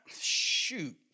shoot